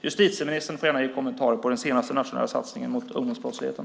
Justitieministern får gärna kommentera den senaste nationella satsningen mot ungdomsbrottsligheten.